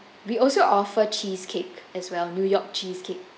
we also offer cheesecake as well new york cheesecake